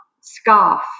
scarf